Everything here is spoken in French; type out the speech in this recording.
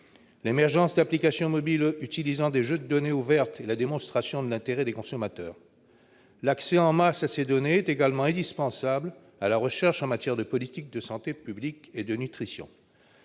L'émergence d'applications mobiles utilisant des jeux de données ouvertes est la démonstration de l'intérêt des consommateurs. L'accès en masse à ces données est également indispensable à la recherche en matière de politique de santé publique et de nutrition.